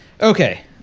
Okay